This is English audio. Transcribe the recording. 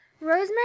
Rosemary